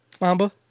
Mamba